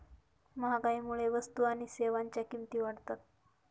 महागाईमुळे वस्तू आणि सेवांच्या किमती वाढतात